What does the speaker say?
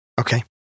Okay